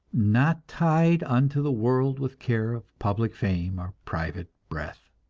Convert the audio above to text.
not tied unto the world with care of public fame, or private breath.